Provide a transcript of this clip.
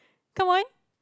come on